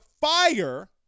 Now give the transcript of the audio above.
fire